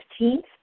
15th